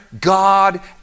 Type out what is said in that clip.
God